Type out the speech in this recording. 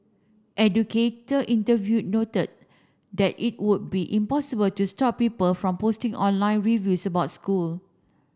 educator interviewed noted that it would be impossible to stop people from posting online reviews about school